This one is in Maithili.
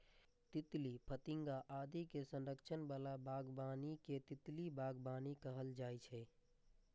तितली, फतिंगा आदि के संरक्षण बला बागबानी कें तितली बागबानी कहल जाइ छै